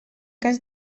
cas